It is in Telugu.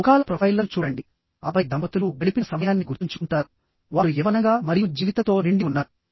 ముఖాల ప్రొఫైల్లను చూడండి ఆపై దంపతులు గడిపిన సమయాన్ని గుర్తుంచుకుంటారు వారు యవ్వనంగా మరియు జీవితంతో నిండి ఉన్నారు